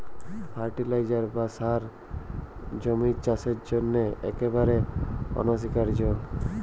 fertiliser বা সার জমির চাসের জন্হে একেবারে অনসীকার্য